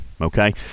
okay